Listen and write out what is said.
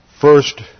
first